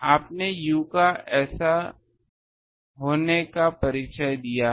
आपने u ऐसा होने का परिचय दिया है